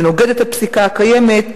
זה נוגד את הפסיקה הקיימת.